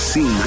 See